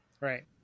Right